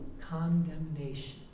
condemnation